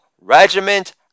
regiment